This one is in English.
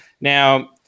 Now